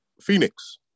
Phoenix